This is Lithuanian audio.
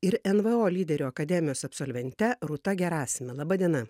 ir nvo lyderių akademijos absolvente rūta gerasime laba diena